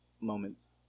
moments